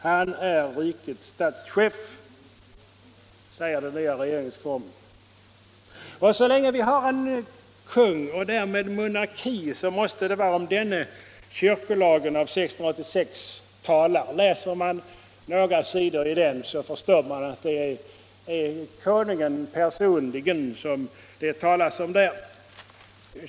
Han är rikets statschef, säger den nya regeringsformen. Så länge vi har en kung — och därmed monarki — så måste det vara om denne som kyrkolagen av 1686 talar. Läser man några sidor i den, så förstår man att det är konungen personligen som det talas om där.